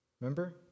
Remember